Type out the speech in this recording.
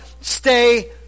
stay